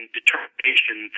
determination